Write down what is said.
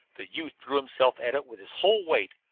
the youth threw himself at it with his whole weight,